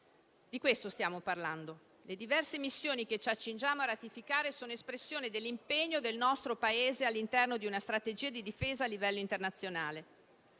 Di questo stiamo parlando: le diverse missioni che ci accingiamo a ratificare sono espressione dell'impegno del nostro Paese all'interno di una strategia di difesa a livello internazionale;